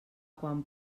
quan